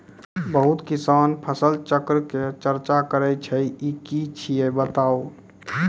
बहुत किसान फसल चक्रक चर्चा करै छै ई की छियै बताऊ?